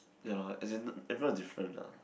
ya as in if not different lah